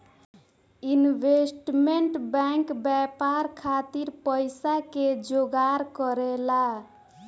investment bank व्यापार खातिर पइसा के जोगार करेला